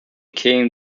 came